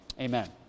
amen